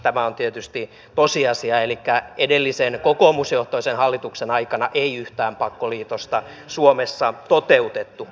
tämä on tietysti tosiasia elikkä edellisen kokoomusjohtoisen hallituksen aikana ei yhtään pakkoliitosta suomessa toteutettu